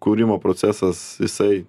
kūrimo procesas jisai